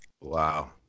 Wow